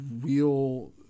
real